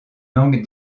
langue